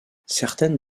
certaines